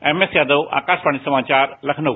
एमएसयादव आकाशवाणी समाचार लखनऊ